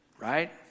right